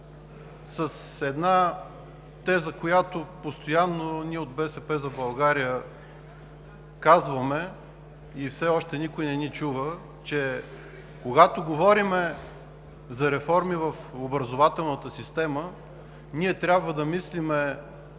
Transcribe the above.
с една теза, която ние от „БСП за България“ постоянно казваме, но все още никой не ни чува, че когато говорим за реформи в образователната система, ние трябва да мислим